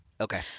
Okay